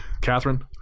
Catherine